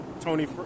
tony